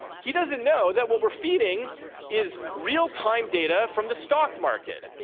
he doesn't know that what we're feeding is real-time data from the stock market,